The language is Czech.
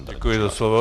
Děkuji za slovo.